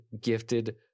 gifted